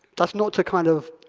that's not the kind of